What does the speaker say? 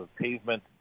pavement